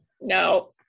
No